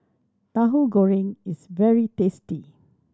Tahu Goreng is very tasty